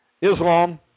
Islam